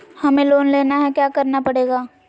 हमें लोन लेना है क्या क्या करना पड़ेगा?